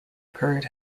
occurred